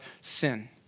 sin